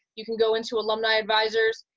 you can go into alumni advisors,